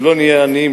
שלא נהיה עניים,